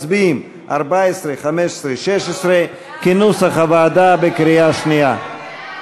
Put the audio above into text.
מצביעים 14, 15, 16, כנוסח הוועדה, בקריאה שנייה.